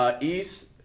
East